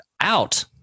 out